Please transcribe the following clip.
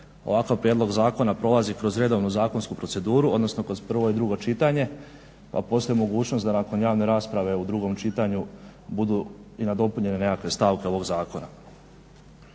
ovakav prijedlog zakona prolazi kroz redovnu zakonsku proceduru odnosno kroz prvo i drugo čitanje pa postoji mogućnost da nakon javne rasprave u drugom čitanju budu i nadopunjenje nekakve stavke ovog zakona.